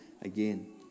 again